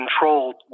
controlled